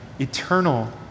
eternal